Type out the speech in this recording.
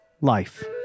Life